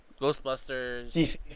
Ghostbusters